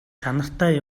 чанартай